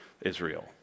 Israel